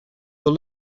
will